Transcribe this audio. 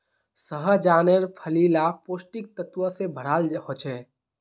सह्जानेर फली ला पौष्टिक तत्वों से भराल होचे